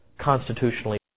constitutionally